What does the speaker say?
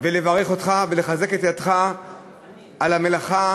לברך אותך ולחזק את ידיך על המלאכה